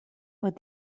but